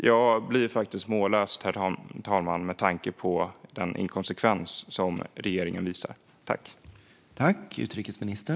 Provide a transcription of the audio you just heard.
Jag blir mållös, herr talman, med tanke på den inkonsekvens som regeringen visar.